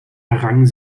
errang